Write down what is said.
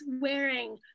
wearing